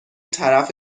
طرف